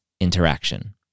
interaction